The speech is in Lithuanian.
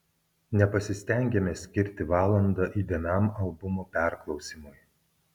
nepasistengiame skirti valandą įdėmiam albumo perklausymui